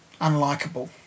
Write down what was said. unlikable